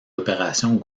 opérations